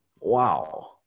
Wow